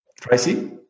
Tracy